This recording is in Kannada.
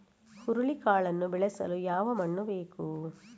ಹುರುಳಿಕಾಳನ್ನು ಬೆಳೆಸಲು ಯಾವ ಮಣ್ಣು ಬೇಕು?